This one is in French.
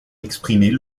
exprimer